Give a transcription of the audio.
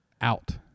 out